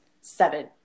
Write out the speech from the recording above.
seven